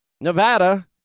Nevada